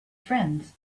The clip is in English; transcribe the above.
friends